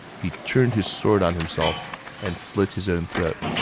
he turned his sword on himself and slit his own throat.